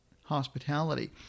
hospitality